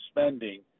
spending